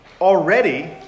already